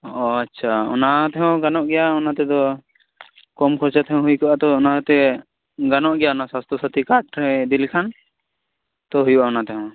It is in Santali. ᱚ ᱟᱪᱪᱷᱟ ᱟᱱᱟ ᱨᱮᱦᱚᱸ ᱜᱟᱱᱚᱜ ᱜᱮᱭᱟ ᱚᱱᱟᱛᱮᱫᱚ ᱠᱚᱢ ᱠᱷᱚᱨᱪᱟ ᱛᱮᱦᱚᱸ ᱦᱩᱭ ᱠᱚᱜ ᱟ ᱛᱚ ᱟᱱᱟᱛᱮ ᱜᱟᱱᱚᱜ ᱜᱮᱭᱟ ᱚᱱᱟ ᱥᱟᱥᱛᱷᱚ ᱥᱟᱛᱷᱤ ᱠᱟᱨᱰ ᱛᱮ ᱤᱫᱤ ᱞᱮᱠᱷᱟᱱ ᱛᱚ ᱦᱩᱭᱩᱜ ᱟ ᱚᱱᱟ ᱛᱮᱦᱚᱸ